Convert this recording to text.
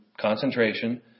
concentration